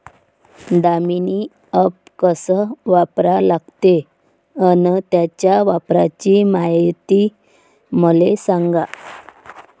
Damini app कस वापरा लागते? अन त्याच्या वापराची मायती मले सांगा